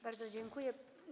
Bardzo dziękuję.